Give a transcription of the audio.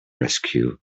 rescue